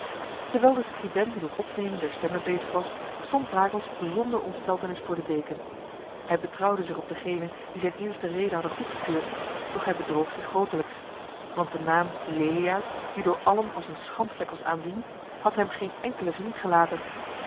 terwijl de scribent met het opnemen der stemmen bezig was stond brakels zonder ontsteltenis voor de deken hij betrouwde zich op degenen die zijn eerste rede hadden goedgekeurd doch hij bedroog zich grotelijks want de naam leliaard die door allen als een schandvlek was aanzien had hem geen enkele vriend gelaten